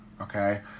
okay